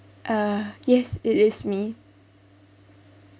uh yes it is me